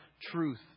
truth